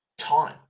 time